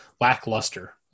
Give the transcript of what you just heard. lackluster